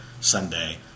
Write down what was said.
Sunday